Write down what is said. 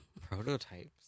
prototypes